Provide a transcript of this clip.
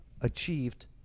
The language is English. achieved